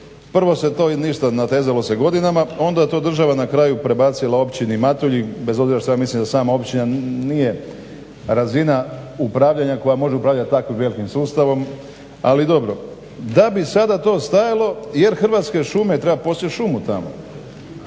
Prvo se to ništa natezalo se godinama, onda to država na kraju prebacila Općini Matulji bez obzira što ja mislim da sama općina nije razina upravljanja koja može upravljati tako velikim sustavom, ali dobro, da bi sada to stajalo jer Hrvatske šume trebaju posjeći šumu tamo.